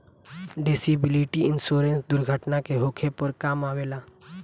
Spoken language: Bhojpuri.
डिसेबिलिटी इंश्योरेंस दुर्घटना के होखे पर काम अवेला